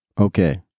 Okay